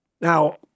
Now